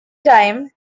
time